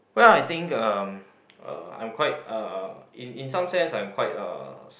well I think uh I'm quite uh in in some sense I'm quite uh